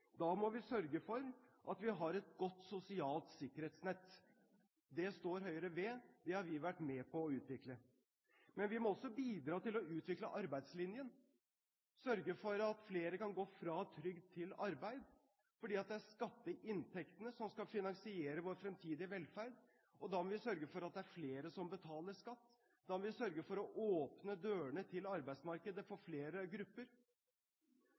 Da må vi sørge for at vi har et godt sosialt sikkerhetsnett. Det står Høyre ved – det har vi vært med på å utvikle. Men vi må også bidra til å utvikle arbeidslinjen, sørge for at flere kan gå fra trygd til arbeid. Det er skatteinntektene som skal finansiere vår fremtidige velferd, og da må vi sørge for at det er flere som betaler skatt, da må vi sørge for å åpne dørene til arbeidsmarkedet for flere grupper.